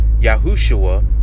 Yahushua